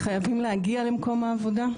חייבים להגיע למקום העבודה,